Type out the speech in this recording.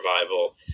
revival